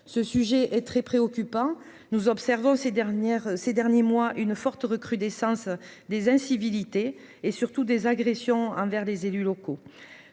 ce sujet est très préoccupant, nous observons ces dernières, ces derniers mois une forte recrudescence des incivilités et surtout des agressions envers les élus locaux,